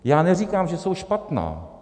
Já neříkám, že jsou špatná.